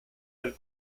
del